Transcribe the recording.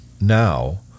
now